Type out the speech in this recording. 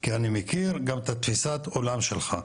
כי אני מכיר גם את תפיסת עולם שלך,